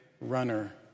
runner